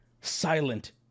silent